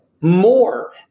more